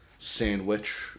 Sandwich